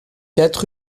quatre